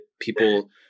People